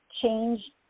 change